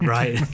Right